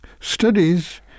Studies